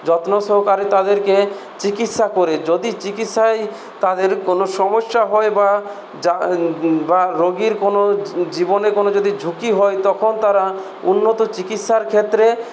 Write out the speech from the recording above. যত্ন সহকারে তাদেরকে চিকিৎসা করে যদি চিকিৎসায় তাদের কোনো সমস্যা হয় বা বা রোগীর কোনো জীবনে কোনো যদি ঝুঁকি হয় তখন তারা উন্নত চিকিৎসার ক্ষেত্রে